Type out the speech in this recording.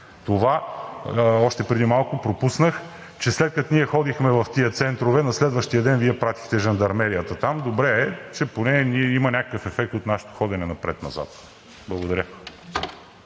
това – още преди малко пропуснах, че след като ние ходихме в тези центрове, на следващия ден Вие пратихте жандармерията там. Добре е, че поне има някакъв ефект от нашето ходене напред-назад. Благодаря.